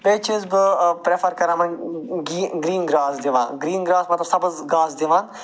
بیٚیہِ چھُس بہٕ پرٛٮ۪فَر کران وۄنۍ گی گرٛیٖن گرٛاس دِوان گرٛیٖن گرٛاس مَطلَب سبٕز گاسہٕ دِوان